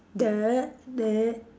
the the